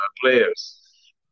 players